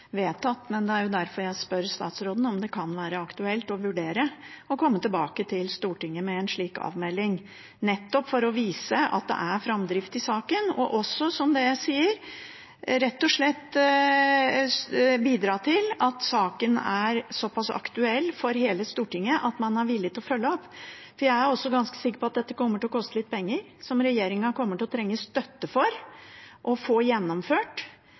vedtatt, men det er derfor jeg spør statsråden om det kan være aktuelt å vurdere å komme tilbake til Stortinget med en slik avmelding, nettopp for å vise at det er framdrift i saken, og som jeg sier, rett og slett for også å bidra til at saken er såpass aktuell for hele Stortinget at man er villig til å følge opp. Jeg er også ganske sikker på at dette kommer til å koste litt penger, som regjeringen vil trenge støtte for å få gjennomført.